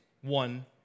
one